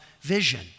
vision